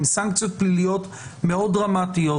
עם סנקציות פליליות מאוד דרמטיות,